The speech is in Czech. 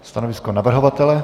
Stanovisko navrhovatele?